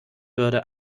würde